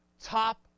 Top